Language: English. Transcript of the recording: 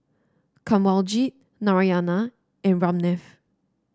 Kanwaljit Narayana and Ramnath